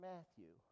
Matthew